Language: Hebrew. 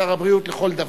שר הבריאות לכל דבר.